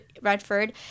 Redford